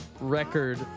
record